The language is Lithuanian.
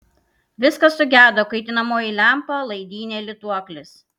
viskas sugedo kaitinamoji lempa laidynė lituoklis